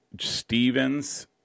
Stevens